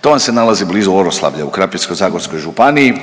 to vam se nalazi blizu Oroslavlja u Krapinsko-zagorskoj županiji.